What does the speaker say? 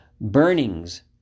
burnings